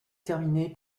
terminées